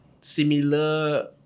similar